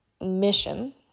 mission